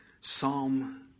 Psalm